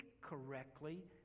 correctly